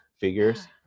figures